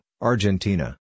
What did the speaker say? Argentina